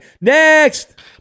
Next